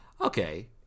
okay